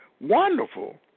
wonderful